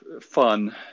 fun